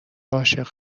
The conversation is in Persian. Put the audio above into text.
عاشق